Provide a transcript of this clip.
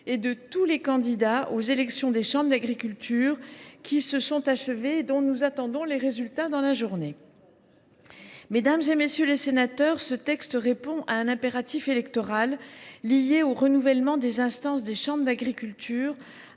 et de tous les candidats aux élections des chambres d’agriculture qui se sont achevées vendredi dernier et dont nous attendons les résultats dans la journée. Mesdames, messieurs les sénateurs, ce texte répond à un impératif électoral lié au renouvellement des instances des chambres d’agriculture